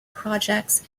projects